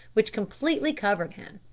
which completely covered him.